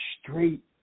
straight